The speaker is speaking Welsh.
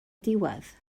diwedd